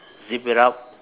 zip it up